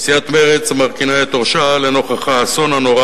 סיעת מרצ מרכינה את ראשה לנוכח האסון הנורא